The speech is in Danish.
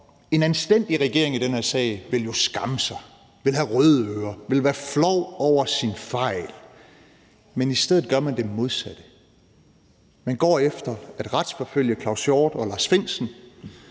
en anstændig regering ville jo skamme sig i den her sag og have røde ører. Man ville være flov over sine fejl, men i stedet gør man det modsatte. Man går efter at retsforfølge Claus Hjort Frederiksen